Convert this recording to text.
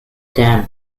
dam